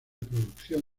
producción